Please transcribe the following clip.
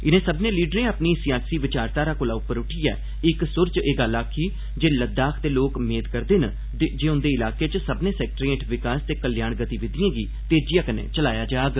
इनें सब्मनें लीडरें अपनी सियासी विचारघारा कोला उप्पर उट्ठियै इक्क सुर च एह् गल्ल आखी जे लद्दाख दे लोक मेद करदे न जे उंदे इलाके च सब्मनें सैक्टरें हेठ विकास ते कल्याण गतिविधिएं गी तेजिआ कन्नै चलाया जाग